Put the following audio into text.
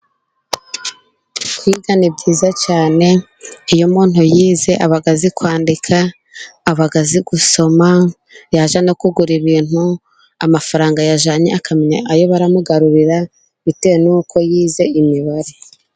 kwiga ni byiza cyane. Iyo umuntu yize aba azi kwandika, aba azi gusoma, yajya no kugura ibintu, amafaranga yajyanye akamenya ayo baramugarurira, bitewe n'uko yize imibare.